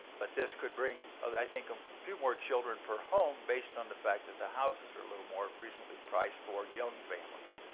but this could bring i think a few more children per home based on the fact that the houses are a little more reasonably priced for young families.